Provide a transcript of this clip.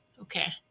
Okay